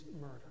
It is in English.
murder